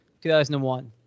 2001